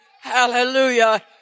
hallelujah